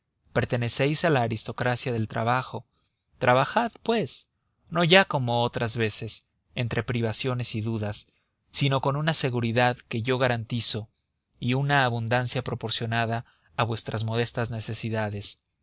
pertenecéis a la aristocracia del trabajo trabajad pues no ya como otras veces entre privaciones y dudas sino con una seguridad que yo garantizo y una abundancia proporcionada a vuestras modestas necesidades